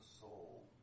soul